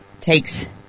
takes